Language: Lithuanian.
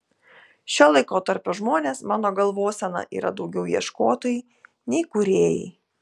šio laikotarpio žmonės mano galvosena yra daugiau ieškotojai nei kūrėjai